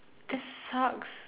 that sucks